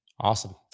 Awesome